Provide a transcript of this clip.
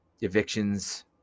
evictions